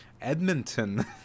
Edmonton